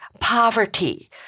poverty